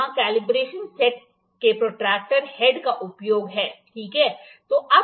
तो यह combination set के प्रोट्रैक्टर हेड का उपयोग है ठीक है